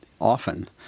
often